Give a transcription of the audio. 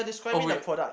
oh wait